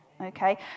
Okay